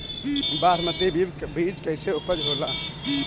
बासमती बीज कईसन उपज होला?